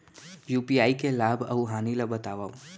UPI के लाभ अऊ हानि ला बतावव